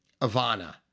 Ivana